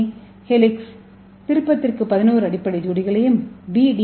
ஏ helix திருப்பத்திற்கு 11 அடிப்படை ஜோடிகளையும் பி டி